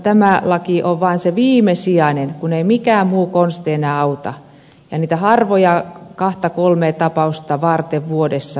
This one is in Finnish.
tämä laki on vain se viimesijainen keino kun ei mikään muu konsti enää auta ja niitä harvoja kahta kolmea mahdollista tapausta varten vuodessa